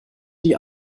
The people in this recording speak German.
die